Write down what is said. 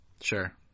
Sure